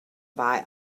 buy